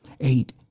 Eight